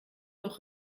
noch